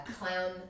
clown